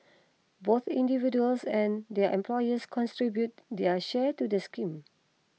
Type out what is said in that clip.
both individuals and their employers contribute their share to the scheme